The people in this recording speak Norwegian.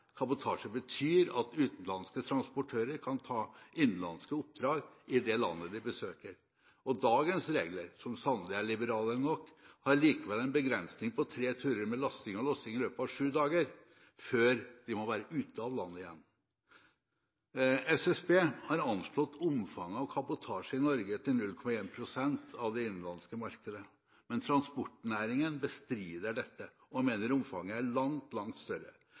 kabotasje betyr at utenlandske transportører kan ta innenlandske oppdrag i det landet de besøker. Dagens regler, som sannelig er liberale nok, har likevel en begrensning på tre turer med lasting og lossing i løpet av sju dager før de må være ute av landet igjen. SSB har anslått omfanget av kabotasje i Norge til 0,1 pst. av det innenlandske markedet. Men transportnæringen bestrider dette og mener omfanget er langt større.